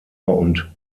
und